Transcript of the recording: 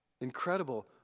Incredible